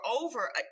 over